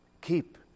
keep